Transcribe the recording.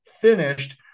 finished